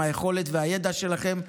עם היכולת והידע שלכם.